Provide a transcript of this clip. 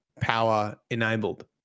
power-enabled